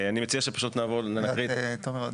תומר,